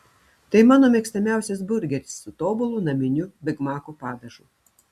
tai mano mėgstamiausias burgeris su tobulu naminiu bigmako padažu